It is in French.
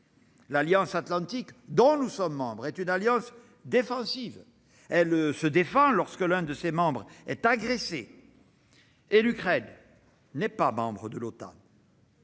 L'Alliance atlantique dont nous sommes membres est une alliance défensive. Elle se défend lorsque l'un de ses membres est agressé, et l'Ukraine n'est pas membre de